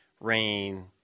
rain